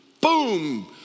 boom